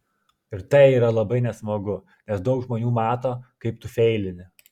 ir tai yra labai nesmagu nes daug žmonių mato kaip tu feilini